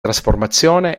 trasformazione